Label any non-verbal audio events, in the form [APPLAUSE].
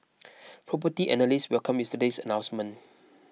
[NOISE] Property Analysts welcomed yesterday's announcement